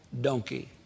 donkey